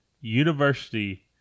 University